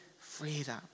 freedom